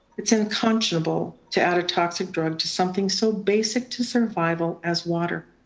it's unconscionable to add a toxic drug to something so basic to survival as water.